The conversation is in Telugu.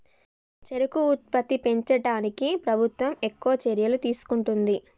చెరుకు ఉత్పత్తి పెంచడానికి ప్రభుత్వం ఎక్కువ చర్యలు తీసుకుంటుంది